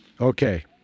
Okay